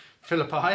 Philippi